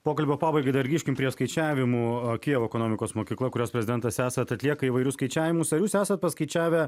pokalbio pabaigai dar grįžkim prie skaičiavimų kijevo ekonomikos mokykla kurios prezidentas esat atlieka įvairius skaičiavimus ar jūs esat paskaičiavę